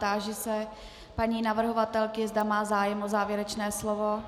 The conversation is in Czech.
Táži se paní navrhovatelky, zda má zájem o závěrečné slovo.